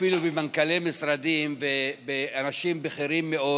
אפילו במנכ"לי משרדים ובאנשים בכירים מאוד